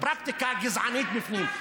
ולעשות פרקטיקה גזענית בפנים.